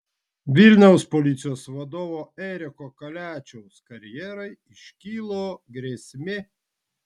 vilniaus policijos vadovo eriko kaliačiaus karjerai iškilo grėsmė